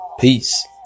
Peace